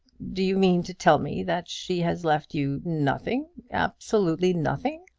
do you mean to tell me that she has left you nothing absolutely nothing?